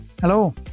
Hello